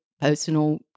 personal